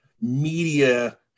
media –